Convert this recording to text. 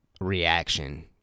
reaction